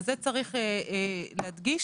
יש להדגיש